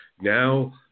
Now